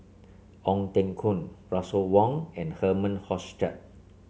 Ong Teng Koon Russel Wong and Herman Hochstadt